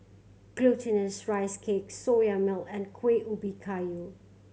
Glutinous Rice Cake Soya Milk and Kuih Ubi Kayu